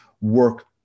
work